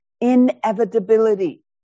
inevitability